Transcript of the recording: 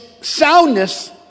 soundness